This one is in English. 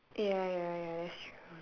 ya ya ya that's true